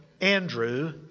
Andrew